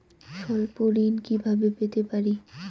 স্বল্প ঋণ কিভাবে পেতে পারি?